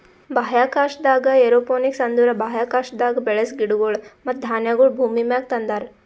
ಬಾಹ್ಯಾಕಾಶದಾಗ್ ಏರೋಪೋನಿಕ್ಸ್ ಅಂದುರ್ ಬಾಹ್ಯಾಕಾಶದಾಗ್ ಬೆಳಸ ಗಿಡಗೊಳ್ ಮತ್ತ ಧಾನ್ಯಗೊಳ್ ಭೂಮಿಮ್ಯಾಗ ತಂದಾರ್